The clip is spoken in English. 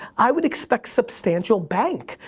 i would expect substantial bank.